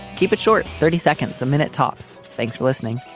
keep it short thirty seconds a minute, tops. thanks for listening